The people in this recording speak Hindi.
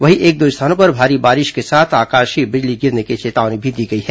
वहीं एक दो स्थानों पर भारी बारिश के साथ आकाशीय बिजली गिरने की चेतावनी दी गई है